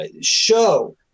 show